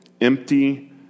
empty